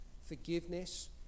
forgiveness